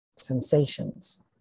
sensations